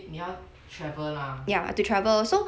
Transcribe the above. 你要 travel lah